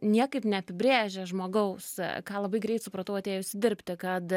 niekaip neapibrėžia žmogaus ką labai greit supratau atėjusi dirbti kad